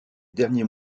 derniers